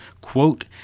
Quote